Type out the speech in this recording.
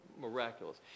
miraculous